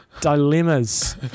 dilemmas